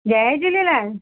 Jay Jhulelal